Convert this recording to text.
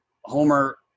Homer